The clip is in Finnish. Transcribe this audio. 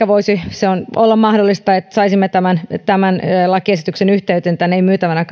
voisi olla mahdollista että saisimme tämän lakiesityksen yhteyteen tämän ei myytävänä